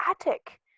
attic